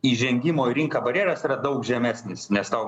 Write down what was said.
įžengimo į rinką barjeras yra daug žemesnis nes tau